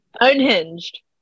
unhinged